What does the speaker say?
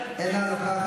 לא.